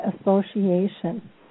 Association